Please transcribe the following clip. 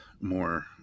more